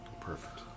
Perfect